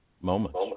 moments